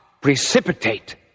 precipitate